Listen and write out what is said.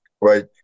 right